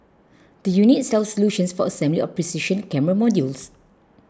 the unit sells solutions for assembly of precision camera modules